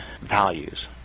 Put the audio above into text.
values